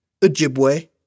Ojibwe